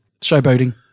Showboating